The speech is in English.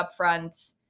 upfront